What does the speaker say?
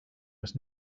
must